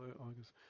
August